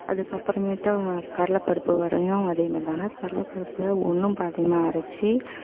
அதுக்கு அப்புறமேட்டா கடலை பருப்பு வடையும் அதே மாதிரி தான்ங்க கடலை பருப்ப ஒன்றும் பாதியுமாக அரைத்து